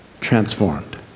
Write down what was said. Transformed